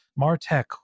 Martech